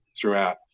throughout